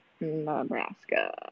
Nebraska